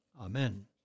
Amen